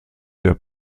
der